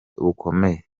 bukomeye